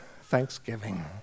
Thanksgiving